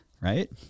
Right